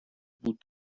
بود